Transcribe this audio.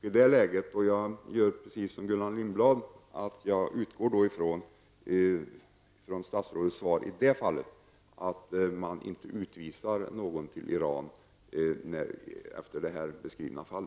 I det läget -- och jag utgår liksom Gullan Lindblad från statsrådets svar hoppas jag att man inte utvisar till Iran någon med denna typ av skador efter att detta beskrivna fall.